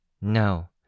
No